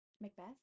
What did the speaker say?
Macbeth